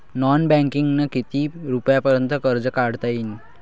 Non बँकिंगनं किती रुपयापर्यंत कर्ज काढता येते?